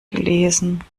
gelesen